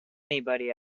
anybody